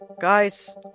Guys